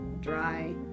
dry